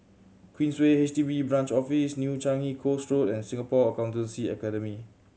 Queensway H D B Branch Office New Changi Coast Road and Singapore Accountancy Academy